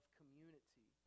community